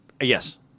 Yes